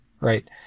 Right